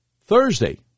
Thursday